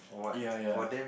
ya ya